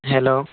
hello